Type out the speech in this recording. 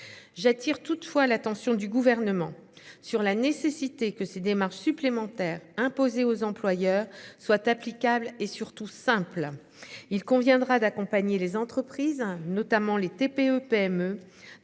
J'attire toutefois l'attention du gouvernement sur la nécessité que ces démarches supplémentaires imposés aux employeurs soit applicable et surtout simple il conviendra d'accompagner les entreprises notamment les TPE-PME